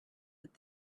with